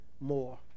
more